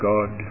God